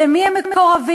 למי הן מקורבות,